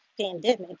pandemic